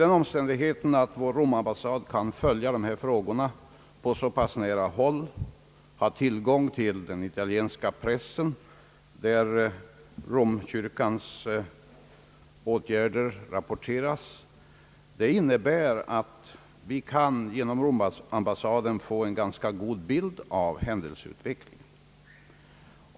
Den omständigheten att vår romambassad kan följa frågorna på så pass nära håll och har tillgång till den italienska pressen, där Romkyrkans åtgärder rapporteras, innebär nämligen att vi genom romambassaden kan få en ganska god bild av händelseutvecklingen.